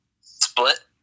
Split